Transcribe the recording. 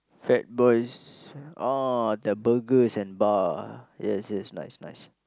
Fat Boys oh the burgers and bar yes yes nice nice